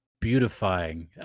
Beautifying